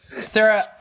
Sarah